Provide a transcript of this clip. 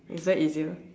is that easier